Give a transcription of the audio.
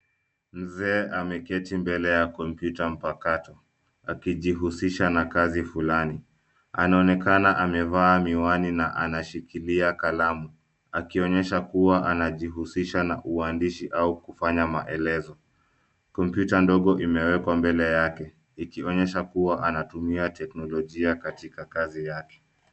Mzee ameketi mbele ya kompyuta mpakato akijihusisha na kazi fulani. Anaonekana amevaa miwani na anashikilia kalamu akionyesha kuwa anajihusisha na uandishi au kufanya maelezo. Kompyuta ndogo imewekwa mbele yake ikionyesha kuwa anatumia teknolojia katika kazi yake.